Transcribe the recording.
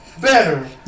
better